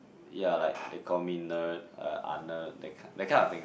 ya like they called me nerd uh ah nerd that that kind of thing ah